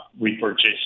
repurchase